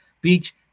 Beach